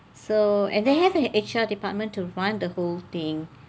so and they have a H_R department to run the whole thing